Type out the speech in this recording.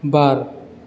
बार